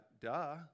Duh